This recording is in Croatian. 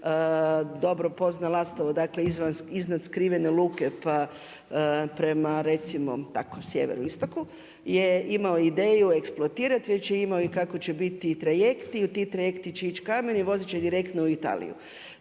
dobro pozna Lastovo, dakle, iznad skrivene luke, pa prema, recimo, tako sjeveru istoku, je imao ideju eksploatirati, već je imao i kako će biti i trajekti i ti trajekti će ići kameni i voziti će direktno u Italiju.